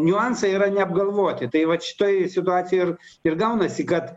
niuansai yra neapgalvoti tai vat šitoj situacijoj ir ir gaunasi kad